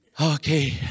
Okay